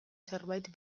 zerbait